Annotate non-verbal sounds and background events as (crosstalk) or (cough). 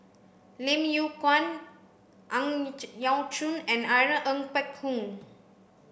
Lim Yew Kuan Ang (unintelligible) Yau Choon and Irene Ng Phek Hoong